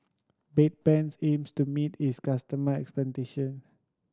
Bedpans aims to meet its customer expectation